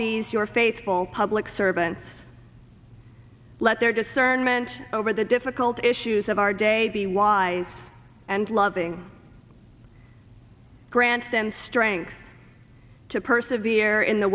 these your faithful public servants let their discernment over the difficult issues of our day be wise and loving grant them strength to persevere in the